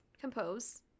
compose